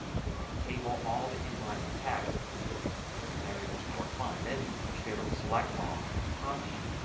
things like a table all to inline with text then everything should work fine. then you should be able to select all, copy,